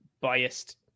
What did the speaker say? biased